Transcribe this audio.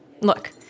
look